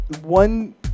one